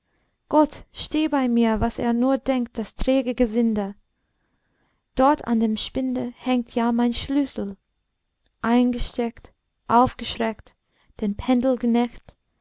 gott steh mir bei was es nur denkt das träge gesinde dort an dem spinde hängt ja mein schlüssel eingesteckt aufgeschreckt den pendel